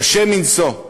קשה מנשוא.